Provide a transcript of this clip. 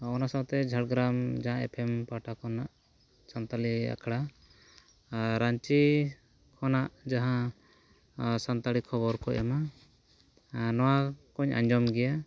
ᱚᱱᱟ ᱥᱟᱶᱛᱮ ᱡᱷᱟᱲᱜᱨᱟᱢ ᱡᱟᱦᱟᱸ ᱮᱯᱷ ᱮᱢ ᱯᱟᱦᱴᱟ ᱠᱷᱚᱱᱟᱜ ᱥᱟᱱᱛᱟᱞᱤ ᱟᱠᱷᱲᱟ ᱟᱨ ᱨᱟᱺᱪᱤ ᱠᱷᱚᱱᱟᱜ ᱡᱟᱦᱟᱸ ᱥᱟᱱᱛᱟᱲᱤ ᱠᱷᱚᱵᱚᱨ ᱠᱚ ᱮᱢᱟ ᱱᱚᱣᱟ ᱠᱚᱧ ᱟᱸᱡᱚᱢ ᱜᱮᱭᱟ